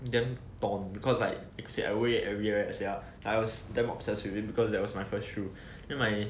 damn tong because like I wear everywhere sia ya I was damn obsessed with it because that was my first shoe then my